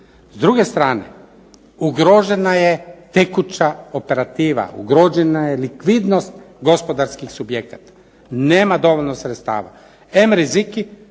S druge strane ugrožena je tekuća operativa, ugrožena je likvidnost gospodarskih subjekata. Nema dovoljno sredstava, em rizici,